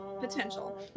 potential